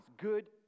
good